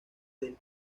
del